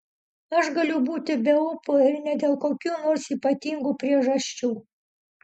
aš galiu būti be ūpo ir ne dėl kokių nors ypatingų priežasčių